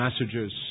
messages